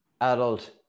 adult